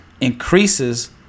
increases